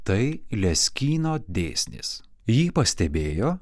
tai leskyno dėsnis jį pastebėjo